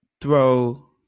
Throw